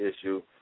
issue